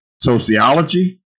sociology